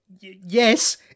Yes